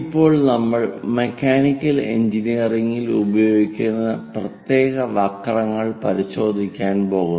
ഇപ്പോൾ നമ്മൾ മെക്കാനിക്കൽ എഞ്ചിനീയറിംഗിൽ ഉപയോഗിക്കുന്ന പ്രത്യേക വക്രങ്ങൾ പരിശോധിക്കാൻ പോകുന്നു